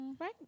Right